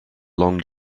long